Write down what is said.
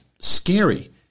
scary